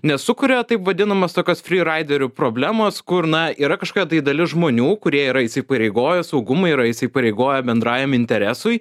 nesukuria taip vadinamos tokios fryraiderių problemos kur na yra kažkokia tai dalis žmonių kurie yra įsipareigoję saugumui yra įsipareigoję bendrajam interesui